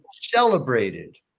celebrated